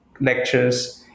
lectures